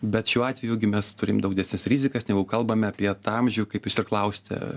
bet šiuo atveju gi mes turim daug didesnes rizikas negu kalbame apie tą amžių kaip jūs ir klausiate